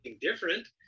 different